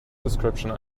description